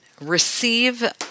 receive